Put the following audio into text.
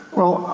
well,